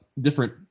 different